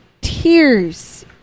tears